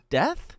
death